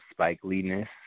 spikeliness